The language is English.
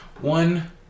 One